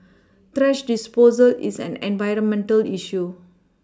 thrash disposal is an environmental issue